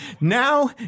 now